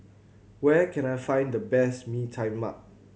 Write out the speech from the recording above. where can I find the best Mee Tai Mak